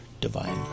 Divine